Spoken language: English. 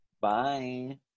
Bye